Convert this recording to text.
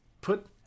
Put